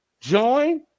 join